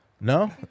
No